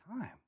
time